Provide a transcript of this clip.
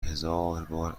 هزاربار